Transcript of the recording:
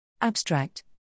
Abstract